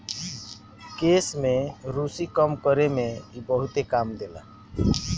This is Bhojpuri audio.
केश में रुसी कम करे में इ बहुते काम देला